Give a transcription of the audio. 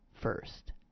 first